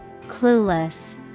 Clueless